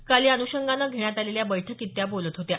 काल या अन्षंगानं घेण्यात आलेल्या बैठकीत त्या बोलत होत्या